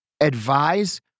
advise